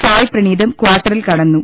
സായ് പ്രണീതും ക്വാർട്ടറിൽ കടന്നു